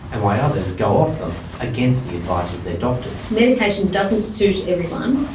and why others go off them against the advice of their doctors. medication doesn't suit everyone,